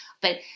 But-